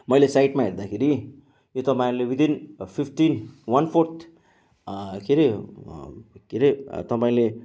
मैले साइटमा हेर्दाखेरि यो तपाईँहरूले विदिन फिफ्टिन वान फोर्थ के अरे के अरे तपाईँले